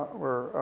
were, ah,